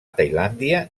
tailàndia